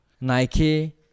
Nike